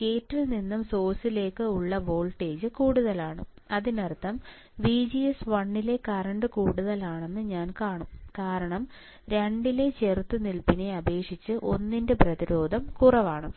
ഗേറ്റിൽ നിന്നും സോഴ്സിലേക്ക് ഉള്ള വോൾട്ടേജ് കൂടുതലാണ് അതിനർത്ഥം VGS1 ലെ കറൻറ് കൂടുതലാണെന്ന് ഞാൻ കാണും കാരണം 2 ലെ ചെറുത്തുനിൽപ്പിനെ അപേക്ഷിച്ച് ഒന്നിന്റെ പ്രതിരോധം കുറവാണ്